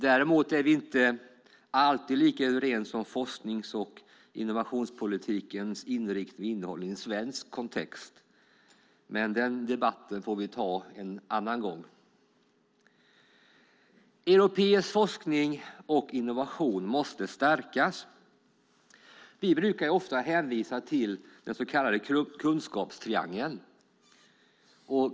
Däremot är vi inte alltid lika överens om forsknings och innovationspolitikens inriktning och innehåll i en svensk kontext, men den debatten får vi ta en annan gång. Europeisk forskning och innovation måste stärkas. Vi brukar ofta hänvisa till den så kallade kunskapstriangeln.